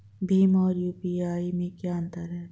भीम और यू.पी.आई में क्या अंतर है?